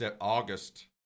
August